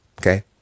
Okay